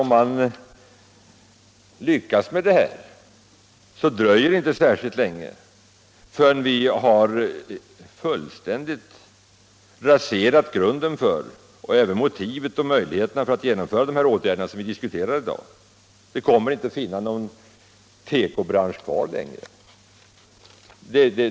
Om man lyckas med detta dröjer det inte särskilt länge förrän vi har fullständigt raserat grunden för och även motivet för och möjligheterna att genomföra de åtgärder som vi diskuterar i dag. Det kommer inte att finnas någon tekobransch kvar längre.